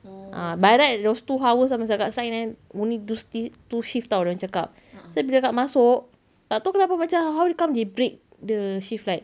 ah by right those two hours kan masa kakak sign kan only do sti~ two shift [tau] dia orang cakap tapi bila kakak masuk tak tahu kenapa macam how come they break the shift like